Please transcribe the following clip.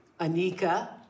Anika